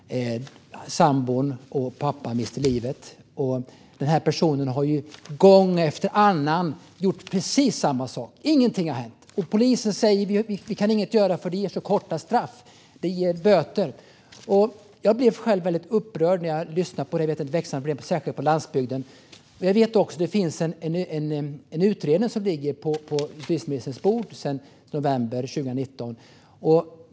Sambon och pappan mister livet. Gärningsmannen har gång efter annan gjort precis samma sak - ingenting har hänt. Polisen säger att de inte kan göra något, för det ger så korta straff; det ger böter. Jag blir själv väldigt upprörd när jag lyssnar på detta, och jag vet att det här är ett växande problem, särskilt på landsbygden. Jag vet också att det finns en utredning som ligger på justitieministerns bord sedan november 2019.